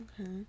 Okay